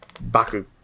baku